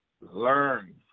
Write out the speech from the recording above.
learn